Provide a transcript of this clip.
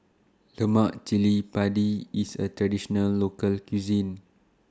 Lemak Cili Padi IS A Traditional Local Cuisine